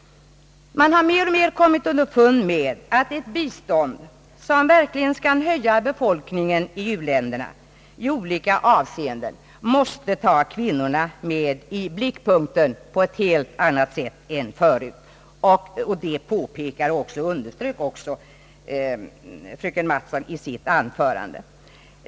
Man har mer och mer kommit underfund med att ett bistånd, som verkligen skall höja befolkningen i u-länderna i olika avseenden, måste ta kvinnorna med i blickpunkten på ett helt annat sätt än förut. Det underströk också fröken Mattson i sitt anförande.